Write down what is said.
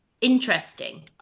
interesting